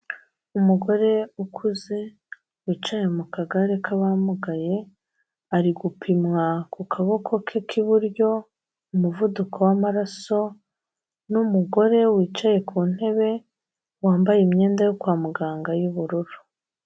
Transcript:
Umugore ukuze wicaye mu kagare k'abamugaye ari gupimwa ku kaboko ke k'iburyo umuvuduko w'amaraso n'umugore wicaye ku ntebe wambaye imyenda yo kwa muganga y'ubururu.